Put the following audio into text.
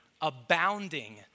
abounding